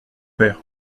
père